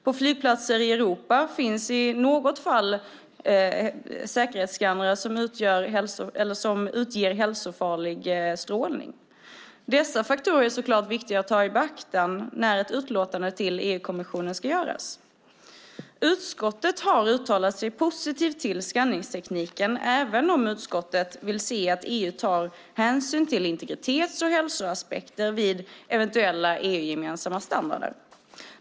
På flygplatser i Europa finns i något fall säkerhetsskannrar som ger hälsofarlig strålning. Dessa faktorer är det självklart viktigt att beakta när ett utlåtande till EU-kommissionen ska göras. Utskottet har uttalat sig positivt till skanningstekniken, men utskottet vill se att EU tar hänsyn till integritets och hälsoaspekter vid eventuella EU-gemensamma standarder.